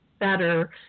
Better